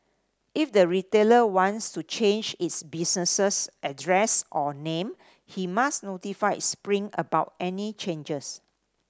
if the retailer wants to change its business address or name he must notify Spring about any changes